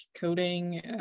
coding